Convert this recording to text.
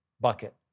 bucket